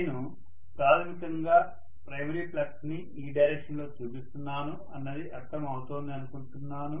నేను ప్రాథమికంగా primary flux ని ఈ డైరెక్షన్ లో చూపిస్తున్నాను అన్నది అర్థం అవుతోంది అనుకుంటాను